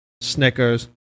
Snickers